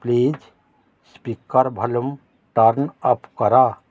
please speaker volume turn off କର